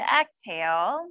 exhale